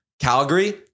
Calgary